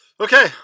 Okay